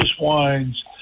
wines